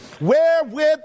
wherewith